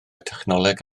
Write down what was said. technoleg